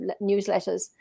newsletters